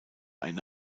eine